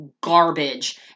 garbage